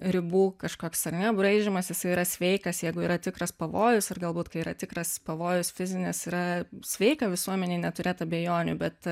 ribų kažkoks ar ne braižymas jisai yra sveikas jeigu yra tikras pavojus ar galbūt kai yra tikras pavojus fizinis yra sveika visuomenei neturėt abejonių bet